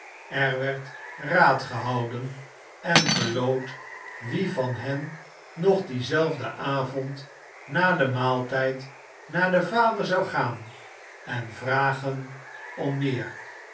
er werd raad gehouden en geloot wie van hen nog dien zelfden avond na den maaltijd naar den vader zou gaan en vragen om meer